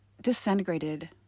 disintegrated